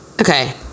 okay